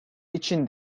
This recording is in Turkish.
için